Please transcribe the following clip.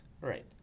Right